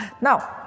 Now